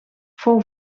fou